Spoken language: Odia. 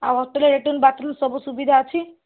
ଆଉ ହଷ୍ଟେଲ୍ ଲାଟ୍ରିନ୍ ବାଥ୍ରୁମ୍ ସବୁ ସୁବିଧା ଅଛି